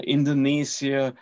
Indonesia